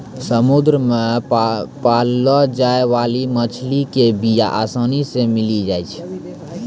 समुद्र मे पाललो जाय बाली मछली के बीया आसानी से मिली जाई छै